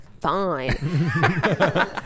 fine